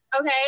Okay